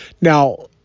Now